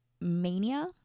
mania